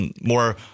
more